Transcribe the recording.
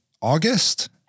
August